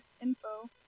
info